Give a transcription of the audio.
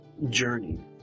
Journey